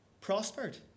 prospered